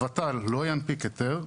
הות"ל לא ינפיק היתר,